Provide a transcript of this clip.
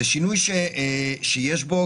זה שינוי שיש בו,